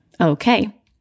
Okay